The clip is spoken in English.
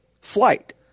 flight